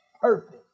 Perfect